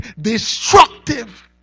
destructive